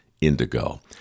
indigo